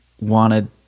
wanted